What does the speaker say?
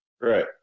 Right